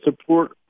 support